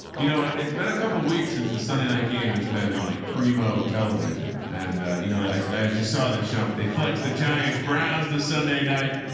you know, and it's been a couple of weeks since the sunday night game has been like primo television. and you know, i yeah just saw this shot, but they flex the giants. brown's the sunday night.